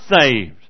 saved